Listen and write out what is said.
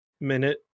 minute